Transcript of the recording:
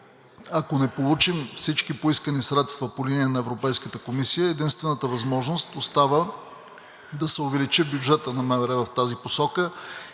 ако не получим всички поискани средства по линия на Европейската комисия, единствената възможност остава да се увеличи бюджетът на МВР в тази посока.